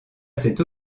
cette